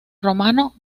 romano